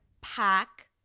pack